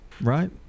right